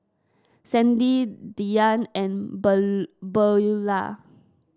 Sandy Dyan and Ben Beulah